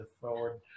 forward